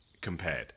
compared